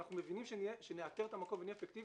שאנחנו מבינים שנאתר את המקום ונהיה אפקטיביים,